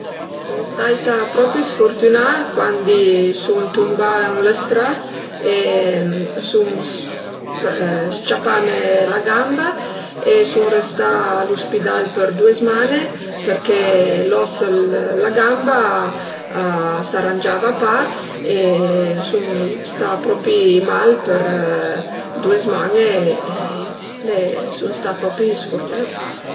Sun staita propi sfurtünà cuandi sun tumbà ën la stra e sun s-ciapame la gamba e sun restà a l'uspidal për due zman-e përché l'os d'la gamba a s'arangiava pa e sun sta propi mal për due zman-e e sun sta propi sfurtünà